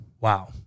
Wow